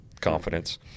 confidence